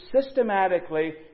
systematically